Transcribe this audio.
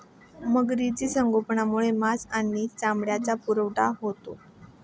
मगरीचे संगोपनामुळे मांस आणि चामड्याचा पुरवठा होतो